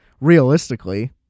realistically